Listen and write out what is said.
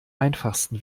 einfachsten